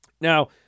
Now